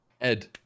Ed